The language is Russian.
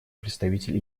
представитель